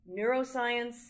neuroscience